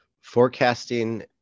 Forecasting